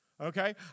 Okay